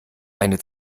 eine